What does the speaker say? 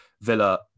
Villa